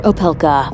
Opelka